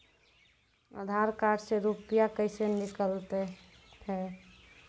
आधार कार्ड से रुपये कैसे निकलता हैं?